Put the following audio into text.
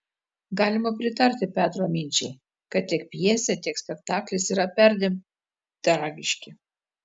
galima pritarti petro minčiai kad tiek pjesė tiek spektaklis yra perdėm tragiški